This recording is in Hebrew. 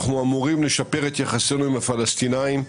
אנחנו אמורים לשפר את יחסינו עם הפלסטינים,